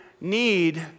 need